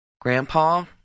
Grandpa